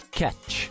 catch